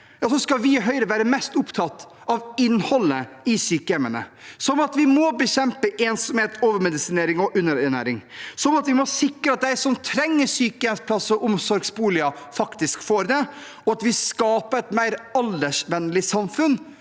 i Høyre være mest opptatt av innholdet i sykehjemmene – at vi må bekjempe ensomhet, overmedisinering og underernæring, at vi må sikre at de som trenger sykehjemsplasser og omsorgsboliger, faktisk får det, og at vi skaper et mer aldersvennlig samfunn